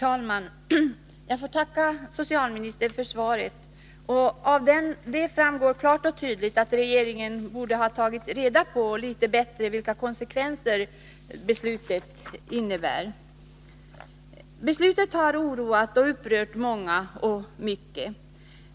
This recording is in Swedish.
Herr talman! Jag tackar socialministern för svaret. Av detta framgår klart och tydligt att regeringen borde ha tagit reda på litet bättre vilka konsekvenser beslutet får. Beslutet har i hög grad upprört och oroat många människor.